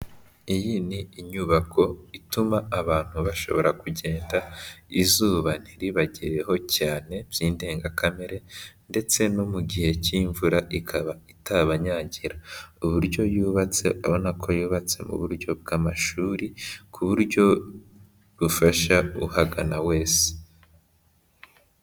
Iyi ni inyubako ituma abantu bashobora kugenda izuba ntiribagereho cyane by'indengakamere ndetse no mu gihe cy'imvura ikaba itabanyagira. Uburyo yubatse, urabona ko yubatse mu buryo bw'amashuri, ku buryo bufasha uhagana wese.